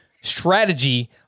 strategy